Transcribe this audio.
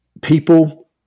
People